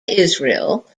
israel